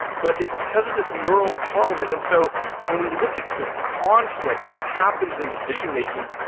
but it's because of this neural parliament. and so when we look at the conflict that happens in decision-making,